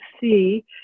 see